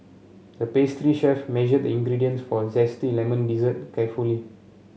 the pastry chef measured the ingredients for a zesty lemon dessert carefully